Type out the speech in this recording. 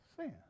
sin